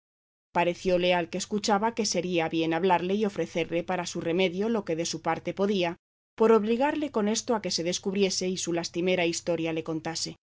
parecióle al que escuchaba que sería bien hablarle y ofrecerle para su remedio lo que de su parte podía por obligarle con esto a que se descubriese y su lastimera historia le contase